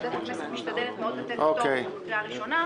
ועדת הכנסת משתדלת מאוד לתת פטור מקריאה ראשונה.